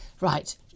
right